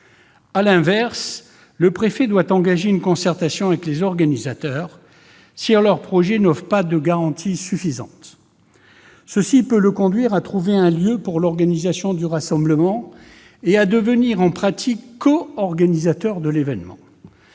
À l'inverse, le préfet doit engager une concertation avec les organisateurs si leur projet n'offre pas de garanties suffisantes. Cela peut le conduire à trouver un lieu pour l'organisation du rassemblement et à devenir en pratique coorganisateur de l'événement.